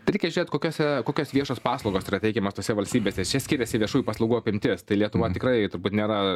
tai reikia žiūrėt kokiose kokios viešos paslaugos yra teikiamos tose valstybėse čia skiriasi viešųjų paslaugų apimtis tai lietuva tikrai turbūt nėra